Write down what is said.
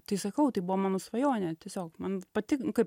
tai sakau tai buvo mano svajonė tiesiog man patinka